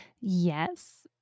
Yes